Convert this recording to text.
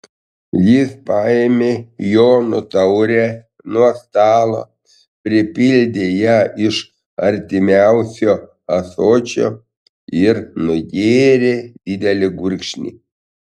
jis paėmė jono taurę nuo stalo pripildė ją iš artimiausio ąsočio ir nugėrė didelį gurkšnį